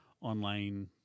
online